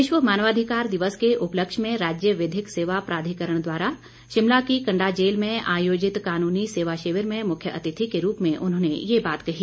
विश्व मानवाधिकार दिवस के उपलक्ष्य में राज्य विधिक सेवा प्राधिकरण द्वारा शिमला की कंडा जेल में आयोजित कानूनी सेवा शिविर में मुख्य अतिथि के रूप में उन्होंने ये बात कही